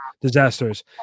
disasters